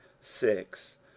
six